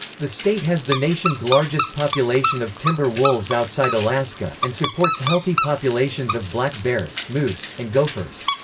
the state has the nation's largest population of timber wolves outside alaska, and supports healthy populations of black bears, moose, and gophers.